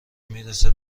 میرسه